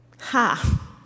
Ha